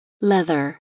Leather